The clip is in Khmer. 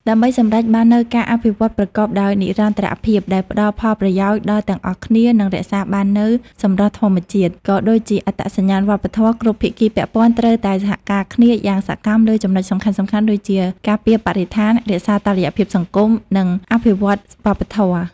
ដើម្បីសម្រេចបាននូវការអភិវឌ្ឍប្រកបដោយនិរន្តរភាព ដែលផ្តល់ផលប្រយោជន៍ដល់ទាំងអស់គ្នា និងរក្សាបាននូវសម្រស់ធម្មជាតិ ក៏ដូចជាអត្តសញ្ញាណវប្បធម៌ គ្រប់ភាគីពាក់ព័ន្ធត្រូវតែសហការគ្នាយ៉ាងសកម្មលើចំណុចសំខាន់ៗដូចជា ការពារបរិស្ថាន រក្សាតុល្យភាពសង្គម និងអភិរក្សវប្បធម៌។